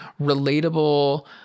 relatable